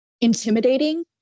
intimidating